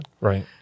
Right